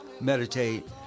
meditate